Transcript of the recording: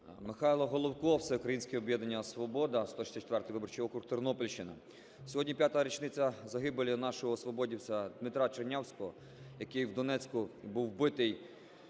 Михайло Головко, "Всеукраїнське об'єднання "Свобода", 164 виборчий округ, Тернопільщина. Сьогодні п'ята річниця загибелі нашого свободівця Дмитра Чернявського, який в Донецьку був вбитий